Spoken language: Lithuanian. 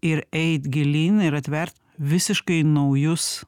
ir eit gilyn ir atvert visiškai naujus